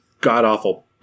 god-awful